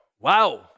Wow